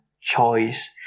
choice